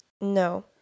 No